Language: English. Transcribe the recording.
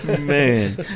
Man